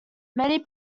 many